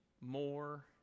more